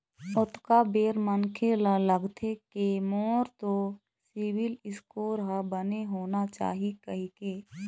ओतका बेर मनखे ल लगथे के मोर तो सिविल स्कोर ह बने होना चाही कहिके